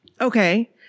Okay